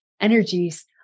energies